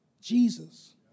Jesus